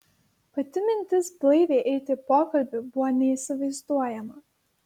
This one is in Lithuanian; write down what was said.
pati mintis blaiviai eiti į pokalbį buvo neįsivaizduojama